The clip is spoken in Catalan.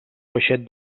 peixet